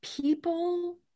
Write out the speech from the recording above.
people